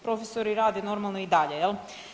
Profesori rade normalno i dalje jel.